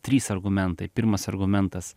trys argumentai pirmas argumentas